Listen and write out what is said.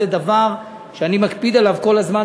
זה דבר שאני מקפיד עליו כל הזמן,